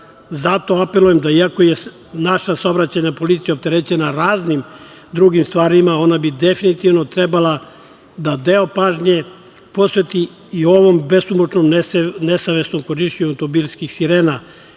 apelujem, iako je naša saobraćajna policija opterećena raznim drugim stvarima, ona bi definitivno trebala da deo pažnje posveti i ovom besomučnom nesavesnom korišćenju automobilskih sirena